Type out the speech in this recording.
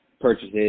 purchases